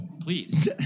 please